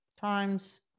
times